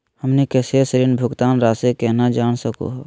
हमनी के शेष ऋण भुगतान रासी केना जान सकू हो?